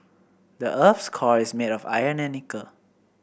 the earth's core is made of iron and nickel